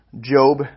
Job